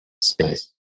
space